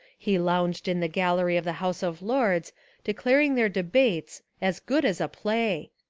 he lounged in the gallery of the house of lords declaring their debates as good as a play.